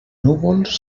núvols